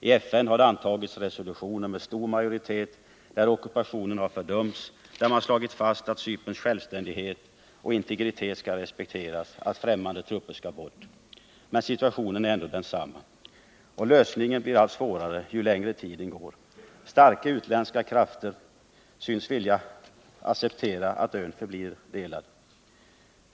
I FN har med stor majoritet antagits resolutioner där ockupationen har fördömts och där man slagit fast att Cyperns självständighet och integritet skall respekteras och att fträmmande trupper skall bort. Men situationen är ändå densamma. Och lösningen blir allt svårare att uppnå ju längre tiden går. Starka utländska krafter synes vilja acceptera att ön förblir delad.